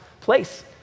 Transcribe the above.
place